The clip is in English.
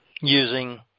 using